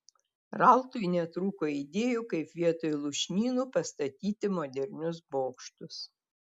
ralfui netrūko idėjų kaip vietoj lūšnynų pastatyti modernius bokštus